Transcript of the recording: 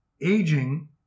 aging